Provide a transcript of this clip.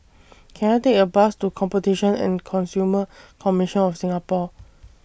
Can I Take A Bus to Competition and Consumer Commission of Singapore